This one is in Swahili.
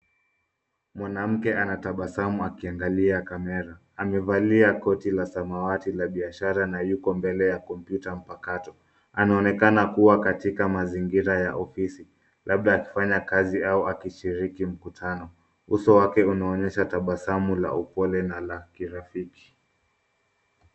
Mwanamke anatabasamu akiangalia kamera. Amevalia koti la samawati la biashara na yuko mbele ya kompyuta mpakato. Anaonekana kuwa katika mazingira ya ofisi labda akifanya kazi au akishiriki mkutano. Uso wake unaonyesha tabasamu la upole na la kirafiki.